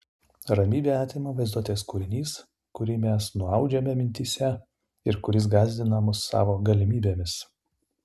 ramybę atima vaizduotės kūrinys kurį mes nuaudžiame mintyse ir kuris gąsdina mus savo galimybėmis